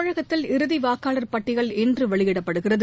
தமிழகத்தில் இறுதி வாக்காளர் பட்டியல் இன்று வெளியிடப்படுகிறது